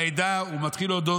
הוא מתחיל להודות,